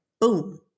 Boom